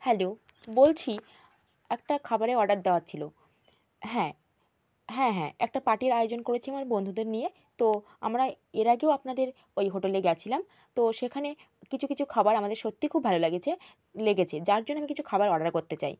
hello বলছি একটা খাবারের অর্ডার দেওয়ার ছিল হ্যাঁ হ্যাঁ হ্যাঁ একটা পার্টির আয়োজন করেছি আমার বন্ধুদের নিয়ে তো আমরা এর আগেও আপনাদের ওই হোটেলে গেছিলাম তো সেখানে কিছুু কিছু খাবার আমাদের সত্যি খুব ভালো লেগেছে লেগেছে যার জন্য আমি কিছু খাবার অর্ডার করতে চাই